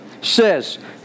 says